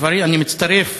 אני מצטרף